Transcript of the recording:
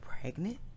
pregnant